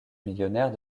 millionnaire